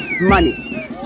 money